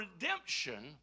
redemption